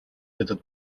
этот